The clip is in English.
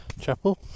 Chapel